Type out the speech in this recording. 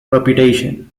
reputation